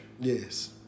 Yes